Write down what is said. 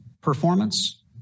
performance